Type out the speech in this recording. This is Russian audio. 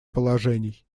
положений